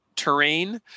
terrain